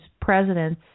presidents